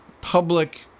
public